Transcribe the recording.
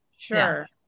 Sure